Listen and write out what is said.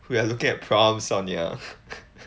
we are looking at prime sonya